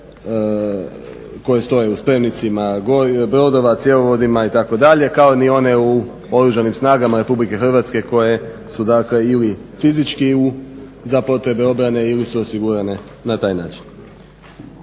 koje stoje u spremnicima brodova, cjevovodima itd., kao ni one u Oružanim snagama Republike Hrvatske koje su dakle ili fizički za potrebe obrane ili su osigurane na taj način.